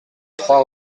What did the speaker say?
trois